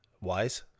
wise